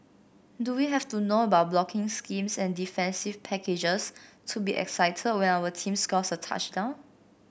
do we have to know about blocking schemes and defensive packages to be excited when our team scores a touchdown